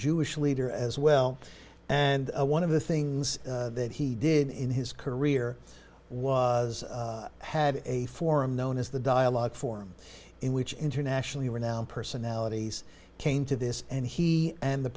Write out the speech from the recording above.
jewish leader as well and one of the things that he did in his career was had a forum known as the dialogue form in which internationally renowned personalities came to this and he and the